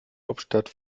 hauptstadt